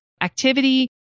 activity